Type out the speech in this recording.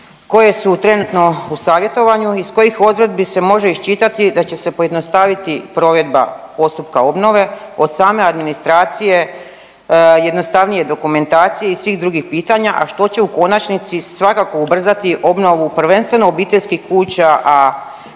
koje su trenutno u savjetovanju i iz kojih odredbi se može iščitati da će se pojednostaviti provedba postupka obnove od same administracije, jednostavnije dokumentacije i svih drugih pitanja a što će u konačnici svakako ubrzati obnovu prvenstveno obiteljskih kuća,